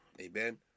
Amen